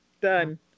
Done